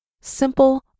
simple